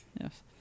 Yes